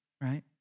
right